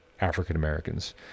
African-Americans